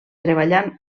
treballant